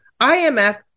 IMF